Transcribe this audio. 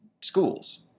schools